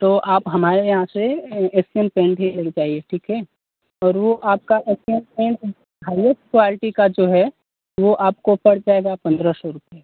तो आप हमाए यहाँ से एसियन पेंट ही ले जाइए ठीक है और वह आपका एसियन पेंट हाइएस्ट क्वालटी का जो है वह आपको पड़ जाएगा पन्द्रह सौ रुपये